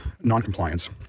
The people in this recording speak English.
noncompliance